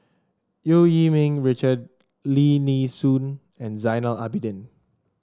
Eu Yee Ming Richard Lim Nee Soon and Zainal Abidin